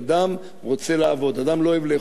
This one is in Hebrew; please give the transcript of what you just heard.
אדם לא אוהב לאכול ולשתות על חשבונם של אחרים.